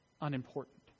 unimportant